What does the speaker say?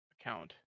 account